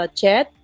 chat